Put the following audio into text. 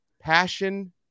passion